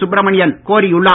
சுப்ரமணியன் கோரியுள்ளார்